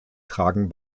tragen